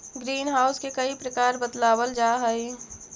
green house के कई प्रकार बतलावाल जा हई